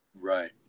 right